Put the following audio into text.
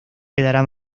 quedará